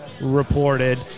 Reported